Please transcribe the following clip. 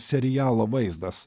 serialo vaizdas